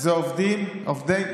זה עובדי מדינה.